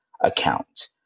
account